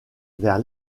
vers